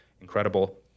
incredible